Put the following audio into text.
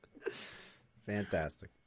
fantastic